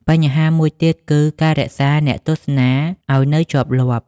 បញ្ហាមួយទៀតគឺ ការរក្សាអ្នកទស្សនាឲ្យនៅជាប់លាប់។